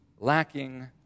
lacking